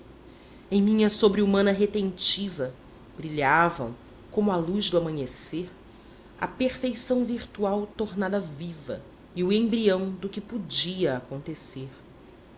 em minha sobre humana retentiva brilhavam como a luz do amanhecer a perfeição virtual tornada viva e o embrião do que podia acontecer